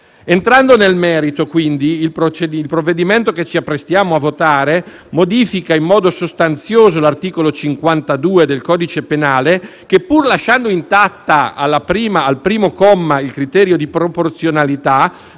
Entrando nel merito, il provvedimento che ci apprestiamo a votare modifica in modo sostanzioso l'articolo 52 del codice penale. Pur lasciando intatto il criterio di proporzionalità